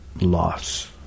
loss